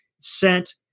sent